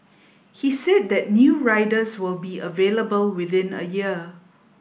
he said that new riders will be available within a year